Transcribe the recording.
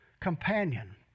companion